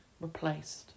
replaced